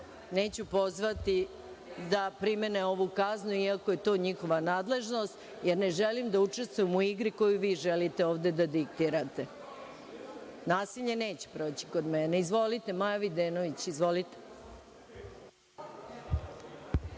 neću pozvati da primene ovu kaznu, iako je to njihova nadležnost, jer ne želim da učestvujem u igri koju želite ovde da diktirate. Nasilje neće proći kod mene. Izvolite, Maja Videnović.